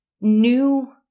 new